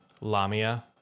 Lamia